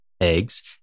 eggs